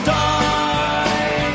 die